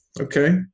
Okay